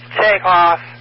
takeoff